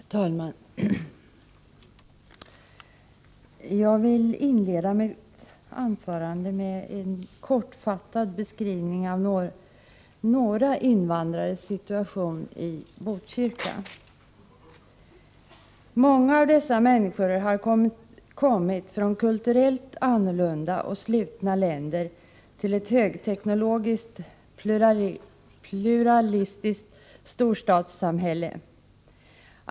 Herr talman! Jag vill inleda mitt anförande med en kortfattad beskrivning av några invandrares situation i Botkyrka. ”Många av dessa människor har kommit från kulturellt annorlunda och slutna länder till ett högteknologiskt pluralistiskt storstadssamhälle.